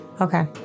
Okay